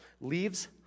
leaves